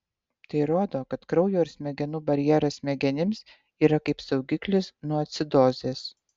tai rodo kad kraujo ir smegenų barjeras smegenims yra kaip saugiklis nuo acidozės